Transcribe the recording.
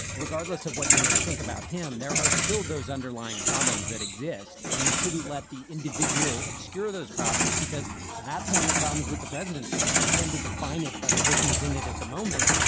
regardless of what you may think about him, there are still those underlying problems that exist. and you shouldn't let the individual obscure those problems because that's one of the problems with the presidency, is we tend to define it by the person who's in it at the moment.